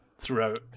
throughout